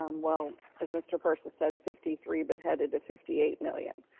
um well as mr. persis said fifty three, but headed to fifty eight million.